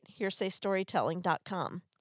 hearsaystorytelling.com